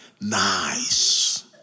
Nice